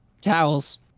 Towels